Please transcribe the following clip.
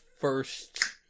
first